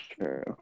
true